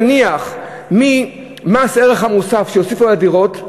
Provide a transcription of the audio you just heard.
נניח ממס ערך מוסף שהוסיפו על הדירות,